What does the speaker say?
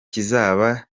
kizaba